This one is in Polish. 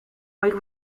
moich